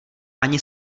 ani